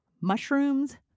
mushrooms